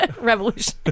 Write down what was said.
revolution